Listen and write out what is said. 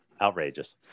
Outrageous